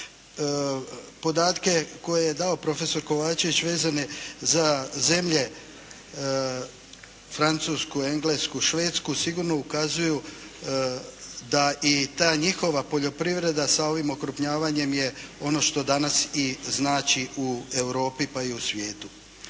Podatke koje je dao profesor Kovačević vezane za zemlje Francusku, Englesku, Švedsku sigurno ukazuju da i ta njihova poljoprivreda sa ovim okrupnjavanjem je ono što danas i znači u Europi, pa i u svijetu.